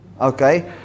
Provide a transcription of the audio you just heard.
Okay